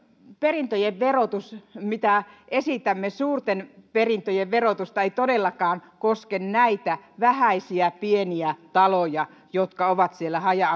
perintöjen verotus mitä esitämme suurten perintöjen verotus ei todellakaan koske näitä vähäisiä pieniä taloja jotka ovat siellä haja